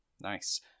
nice